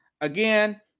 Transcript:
again